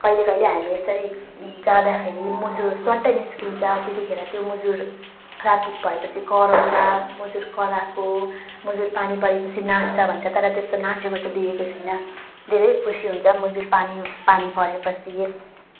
कहिले कहिले हामी यसरी जाँदाखेरि मुजुर स्वाट्टै निस्किन्छ त्यतिखेर त्यो मुजुर राति भएपछि कराउँछ मुजुर कराएको मुजुर पानी परेपछि नाच्छ भन्छ तर त्यस्तो नाचेको चाहिँ देखेको छुइनँ धेरै खुसी हुन्छ मुजुर पानी पानी परेपछि